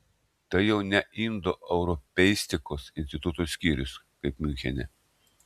tai jau ne indoeuropeistikos instituto skyrius kaip miunchene